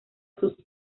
sus